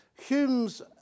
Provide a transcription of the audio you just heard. Hume's